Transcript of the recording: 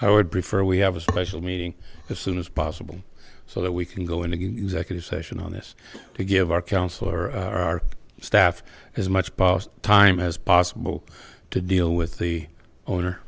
i would prefer we have a special meeting as soon as possible so that we can go into executive session on this to give our counsel or our staff as much time as possible to deal with the owner